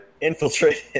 Infiltrated